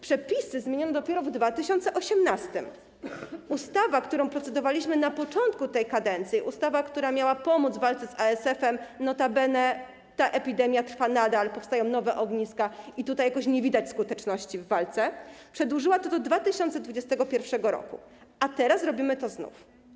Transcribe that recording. Przepisy zmieniono dopiero w 2018 r. Ustawa, nad którą procedowaliśmy na początku tej kadencji, która miała pomóc w walce z ASF - notabene ta epidemia trwa nadal, powstają nowe ogniska i tutaj jakoś nie widać skuteczności w walce - przedłużyła to do 2021 r., a teraz robimy to znów.